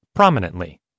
prominently